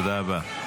תודה רבה.